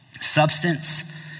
Substance